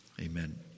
Amen